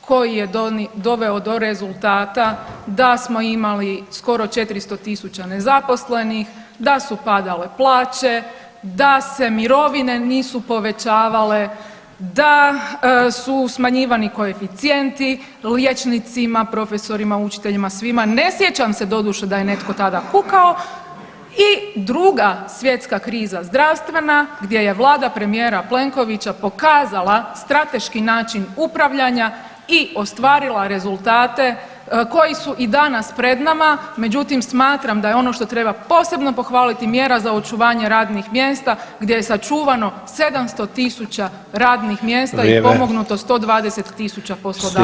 koji je doveo do rezultata da smo imali skoro 400.000 nezaposlenih, da su padale plaće, da se mirovine nisu povećavale, da su smanjivani koeficijenti, liječnicima, profesorima, učiteljima, svima, ne sjećam se doduše da je netko tada kukao i druga svjetska kriza zdravstvena gdje je vlada premijera Plenkovića pokazala strateški način upravljanja i ostvarila rezultate koji su i danas pred nama, međutim smatram da je ono što treba posebno pohvaliti mjera za očuvanje radnih mjesta gdje je sačuvano 700.000 radnih mjesta [[Upadica: Vrijeme]] i pomognuto 120.000 poslodavaca.